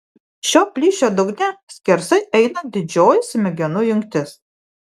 šio plyšio dugne skersai eina didžioji smegenų jungtis